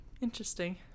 interesting